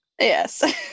Yes